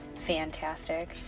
fantastic